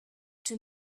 czy